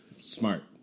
Smart